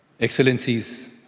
Excellencies